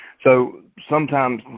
so sometimes,